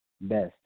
best